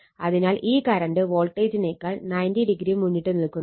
അതിനാൽ ഈ കറണ്ട് വോൾട്ടേജിനെക്കാൾ 90° മുന്നിട്ട് നിൽക്കുന്നുണ്ട്